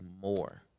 more